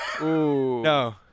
no